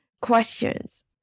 questions